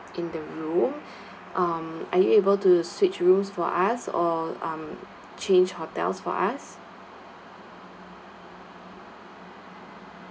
in the room um are you able to switch rooms for us all or um change hotel for us